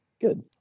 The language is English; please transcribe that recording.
Good